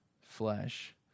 flesh